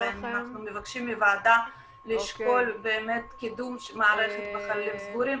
--- אנחנו מבקשים מהוועדה לשקול באמת קידום המערכת בחללים סגורים,